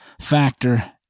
factor